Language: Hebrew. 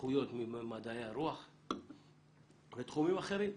איכויות במדעי הרוח ותחומים אחרים.